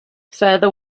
further